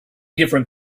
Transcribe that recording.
different